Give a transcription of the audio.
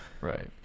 right